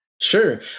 Sure